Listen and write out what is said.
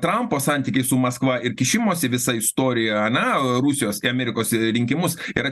trampo santykiai su maskva ir kišimosi visa istorija ane rusijos į amerikos rinkimus yra